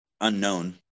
unknown